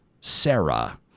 sarah